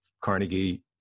Carnegie